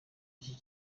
iki